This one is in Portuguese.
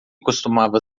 costumava